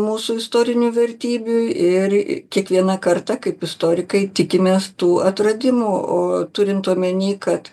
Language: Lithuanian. mūsų istorinių vertybių ir kiekvieną kartą kaip istorikai tikimės tų atradimų o turint omeny kad